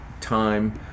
time